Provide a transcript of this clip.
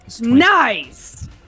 Nice